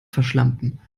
verschlampen